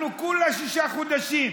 אנחנו כולה שישה חודשים.